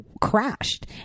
crashed